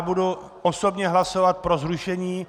Budu osobně hlasovat pro zrušení.